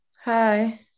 Hi